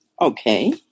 Okay